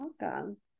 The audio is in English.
welcome